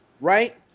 right